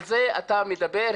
על זה אתה מדבר?